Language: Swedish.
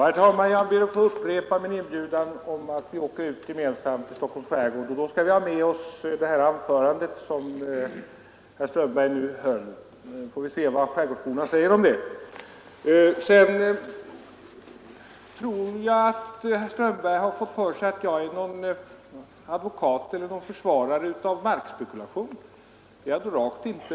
Herr talman! Jag ber att få upprepa min inbjudan att vi gemensamt skall resa ut i Stockholms skärgård. Vi skall då ha med oss det anförande som herr Strömberg i Botkyrka nu höll, så får vi se vad skärgårdsborna säger om det. Sedan tror jag att herr Strömberg har fått för sig att jag skulle vara någon försvarare av markspekulation. Det är jag då rakt inte!